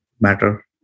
matter